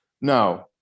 No